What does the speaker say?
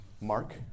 Mark